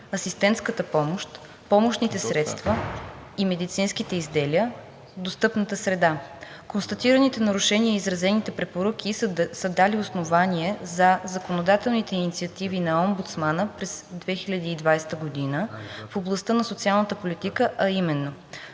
асистентската помощ, помощните средства и медицинските изделия, достъпната среда. Констатираните нарушения и изразените препоръки са дали основание за законодателните инициативи на омбудсмана през 2020 г. в областта на социалната политика, а именно: